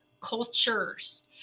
cultures